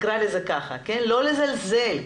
לא לזלזל.